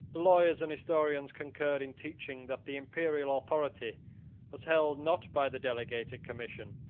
the lawyers and historians concurred in teaching, that the imperial authority was held, not by the delegated commission,